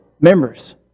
members